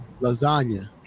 Lasagna